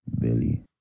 Billy